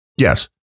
Yes